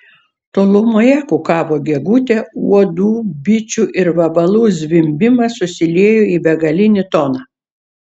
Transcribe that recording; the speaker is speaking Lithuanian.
tolumoje kukavo gegutė uodų bičių ir vabalų zvimbimas susiliejo į begalinį toną